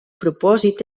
propòsit